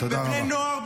בבני נוער,